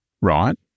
right